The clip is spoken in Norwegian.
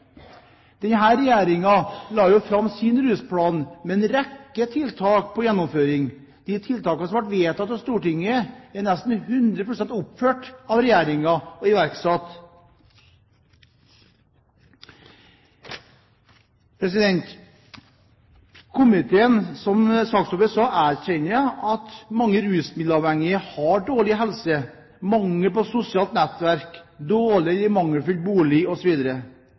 la fram sin rusplan med en rekke tiltak for gjennomføring. De tiltakene som ble vedtatt av Stortinget, er nesten hundre prosent oppfylt av Regjeringen – og iverksatt. Komiteen erkjenner, som også saksordføreren nevnte, at mange rusmiddelavhengige har dårlig helse, mangel på sosialt nettverk, dårlig og mangelfull bolig,